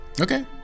Okay